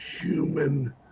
human